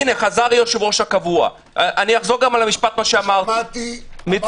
10:20) שמעתי.